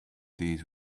days